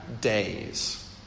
days